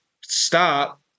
stop